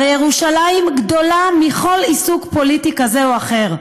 הרי ירושלים גדולה מכל עיסוק פוליטי כזה או אחר,